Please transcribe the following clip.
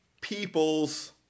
peoples